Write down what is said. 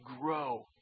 grow